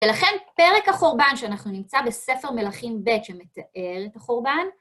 ולכן פרק החורבן שאנחנו נמצא בספר מלכים ב', שמתאר את החורבן.